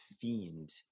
Fiend